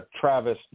Travis